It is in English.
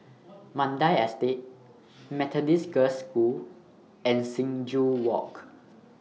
Mandai Estate Methodist Girls' School and Sing Joo Walk